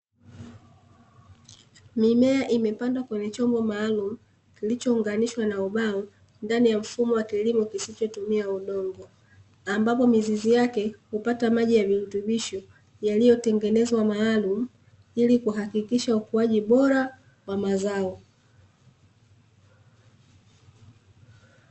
Mimea imepandwa kwenye chombo maalumu kilichouunganishwa na ubao, ndani ya mfumo wa kilimo kisichotumia udongo, ambapo mizizi yake hupata maji ya virutubisho yaliyotengenezwa maalumu ilikuhakikisha ukuaji bora wa mazao.